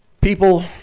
People